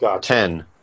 Ten